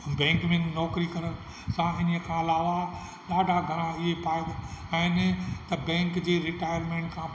bank में नौकिरी करण सां हिन खां अलावा ॾाढा घणा इहे आहिनि त बैंक जे रिटायरमेंट खां